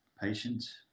patience